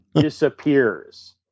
disappears